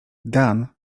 dan